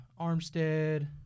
Armstead